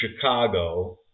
Chicago